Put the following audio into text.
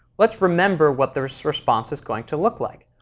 let's remember what their response is going to look like.